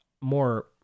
more